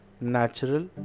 natural